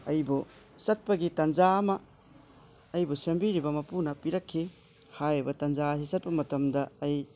ꯑꯩꯕꯨ ꯆꯠꯄꯒꯤ ꯇꯟꯖꯥ ꯑꯃꯅ ꯑꯩꯕꯨ ꯁꯦꯝꯕꯤꯔꯤꯕ ꯃꯄꯨꯅ ꯄꯤꯔꯛꯈꯤ ꯍꯥꯏꯔꯤꯕ ꯇꯟꯖꯥ ꯑꯁꯤ ꯆꯠꯄ ꯃꯇꯝꯗ ꯑꯩ